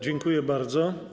Dziękuję bardzo.